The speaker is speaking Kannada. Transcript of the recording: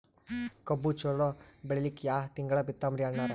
ಕಬ್ಬು ಚಲೋ ಬೆಳಿಲಿಕ್ಕಿ ಯಾ ತಿಂಗಳ ಬಿತ್ತಮ್ರೀ ಅಣ್ಣಾರ?